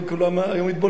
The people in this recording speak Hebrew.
כולם היו מתבוללים.